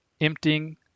Emptying